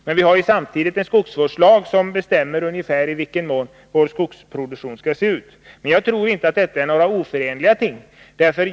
Men samtidigt gäller ju skogsvårdslagen som bestämmer hur vår skogsproduktion skall se ut. Men jag tror inte att det här är fråga om några oförenliga ting.